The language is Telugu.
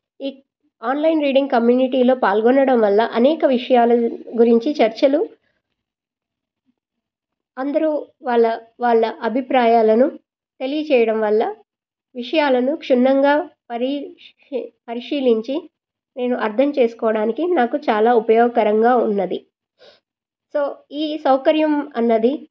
ఈ ఆన్లైన్ రీడింగ్ కమ్యూనిటీలో పాల్గొనడం వల్ల అనేక విషయాలు గురించి చర్చలు అందరూ వాళ్ళ వాళ్ళ అభిప్రాయాలను తెలియచేయడం వల్ల విషయాలను క్షుణ్ణంగా పరి పరిశీలించి నేను అర్థం చేసుకోవడానికి నాకు చాలా ఉపయోగకరంగా ఉన్నది సో ఈ సౌకర్యం అన్నది